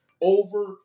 over